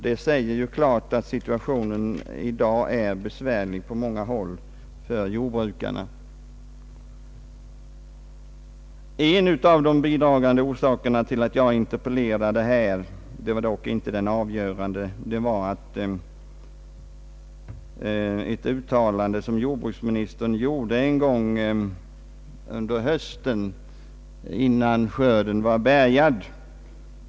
Detta säger klart att situationen i dag är besvärlig för jordbrukarna på många håll. En av de bidragande orsakerna till att jag interpellerade här — dock inte den avgörande — var ett uttalande som jordbruksministern gjorde en gång under hösten innan skörden var bärgad.